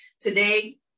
today